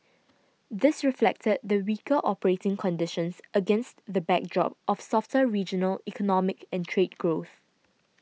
this reflected the weaker operating conditions against the backdrop of softer regional economic and trade growth